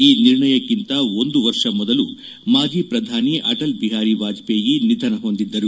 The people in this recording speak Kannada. ಈ ನಿರ್ಣಯಕ್ಷಿಂತ ಒಂದು ವರ್ಷ ಮೊದಲು ಮಾಜಿ ಪ್ರಧಾನಿ ಅಟಲ್ ಬಿಹಾರಿ ವಾಜಪೇಯಿ ನಿಧನ ಹೊಂದಿದ್ದರು